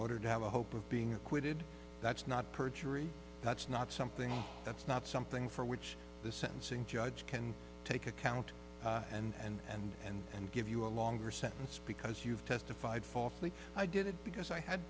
order to have a hope of being acquitted that's not perjury that's not something that's not something for which the sentencing judge can take account and and give you a longer sentence because you've testified falsely i did it because i had